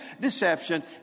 deception